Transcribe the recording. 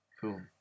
cool